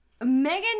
Megan